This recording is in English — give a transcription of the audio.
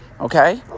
okay